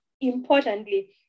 importantly